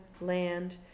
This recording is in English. land